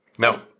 No